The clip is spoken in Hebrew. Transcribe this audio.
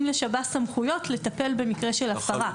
לשב"ס סמכויות לטפל במקרה של הפרה.